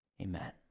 Amen